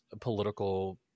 political